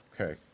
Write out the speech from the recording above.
Okay